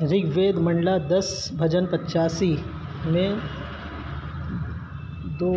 رگ وید منڈلا دس بھجن پچاسی میں دو